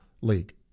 League